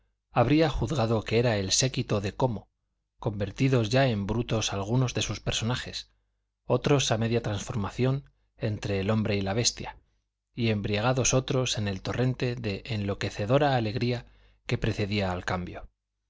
habría juzgado que era el séquito de como convertidos ya en brutos algunos de sus personajes otros a media transformación entre el hombre y la bestia y embriagados otros en el torrente de enloquecedora alegría que precedía al cambio